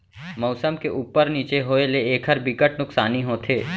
मउसम के उप्पर नीचे होए ले एखर बिकट नुकसानी होथे